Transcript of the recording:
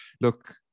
look